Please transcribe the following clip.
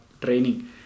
training